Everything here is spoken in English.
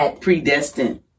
predestined